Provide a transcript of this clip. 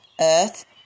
earth